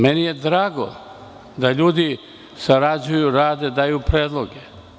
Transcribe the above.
Meni je drago da ljudi sarađuju, rade, daju predloge.